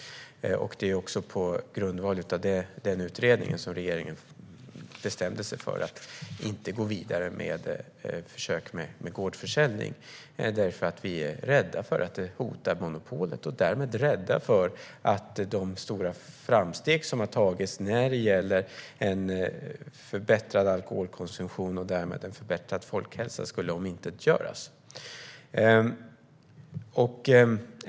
Det är på grundval av denna utredning som regeringen bestämde sig för att inte gå vidare med försök med gårdsförsäljning. Vi är rädda för att det hotar monopolet och därmed rädda för att de stora framsteg som har gjorts när det gäller en förbättrad alkoholkonsumtion och därmed en förbättrad folkhälsa skulle omintetgöras.